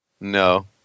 No